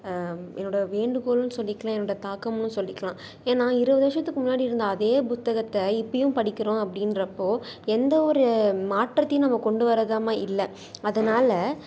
என்னோடய வேண்டுகோள்னு சொல்லிக்கலாம் என்னோடய தாக்கம்னு சொல்லிக்கலாம் ஏன் நான் இருபது வருஷத்துக்கு முன்னாடி இருந்த அதே புத்தகத்தை இப்பையும் படிக்கிறோம் அப்படின்றப்போ எந்த ஒரு மாற்றத்தையும் நம்ம கொண்டு வர்றதாம இல்லை அதனால்